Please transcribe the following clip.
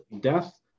death